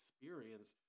experience